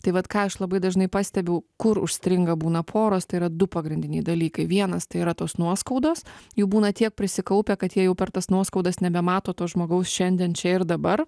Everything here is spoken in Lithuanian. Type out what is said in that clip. tai vat ką aš labai dažnai pastebiu kur užstringa būna poros tai yra du pagrindiniai dalykai vienas tai yra tos nuoskaudos jų būna tiek prisikaupę kad jie jau per tas nuoskaudas nebemato to žmogaus šiandien čia ir dabar